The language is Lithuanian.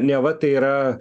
neva tai yra